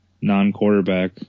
non-quarterback